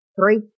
Three